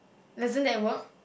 doesn't that work